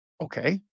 Okay